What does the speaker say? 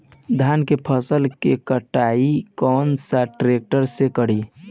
धान के फसल के कटाई कौन सा ट्रैक्टर से करी?